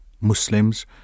Muslims